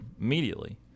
immediately